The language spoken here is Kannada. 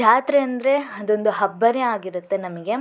ಜಾತ್ರೆ ಅಂದರೆ ಅದೊಂದು ಹಬ್ಬನೇ ಆಗಿರುತ್ತೆ ನಮಗೆ